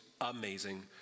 amazing